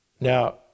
Now